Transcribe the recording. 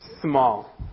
small